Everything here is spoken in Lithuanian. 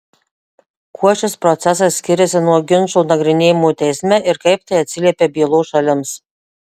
kuo šis procesas skiriasi nuo ginčo nagrinėjimo teisme ir kaip tai atsiliepia bylos šalims